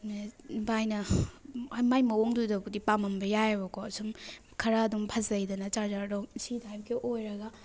ꯚꯥꯏꯅ ꯍꯣꯏ ꯃꯥꯏ ꯃꯋꯣꯡꯗꯨꯗꯕꯨꯗꯤ ꯄꯥꯝꯃꯝꯕ ꯌꯥꯏꯌꯦꯕꯀꯣ ꯁꯨꯝ ꯈꯔ ꯑꯗꯨꯝ ꯐꯖꯩꯗꯅ ꯆꯥꯔꯖꯔꯗꯣ ꯁꯤ ꯇꯥꯏꯞꯀ ꯑꯣꯏꯔꯒ